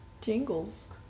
jingles